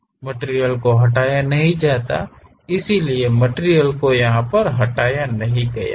material को हटाया नहीं जाता है इसलिए मटिरियल को हटाया नहीं गया है